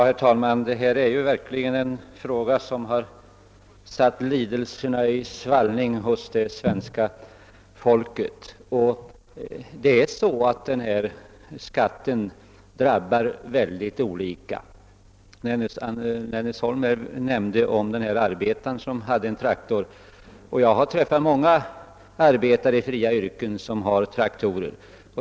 Herr talman! Detta är verkligen en fråga som har satt lidelserna i svallning hos det svenska folket. Denna skatt slår nämligen mycket olika. Herr Magnusson i Nennesholm nämnde en arbetare som hade en traktor, och jag har träffat många arbetare i fria yrken som har traktorer.